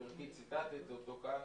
שגברתי ציטטת אותו כאן,